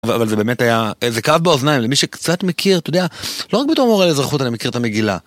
אבל זה באמת היה, זה כאב באוזניים, למי שקצת מכיר, אתה יודע, לא רק בתור מורה לאזרחות, אני מכיר את המגילה.